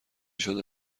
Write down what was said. شده